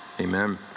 Amen